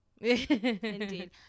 Indeed